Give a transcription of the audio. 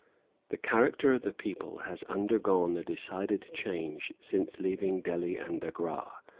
the character of the people has undergone a decided change since leaving delhi and agra,